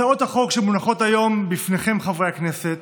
הצעות החוק שמונחות היום לפניכם, חברי הכנסת,